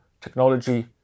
technology